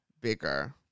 bigger